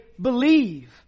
believe